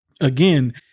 again